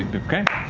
but okay.